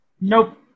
Nope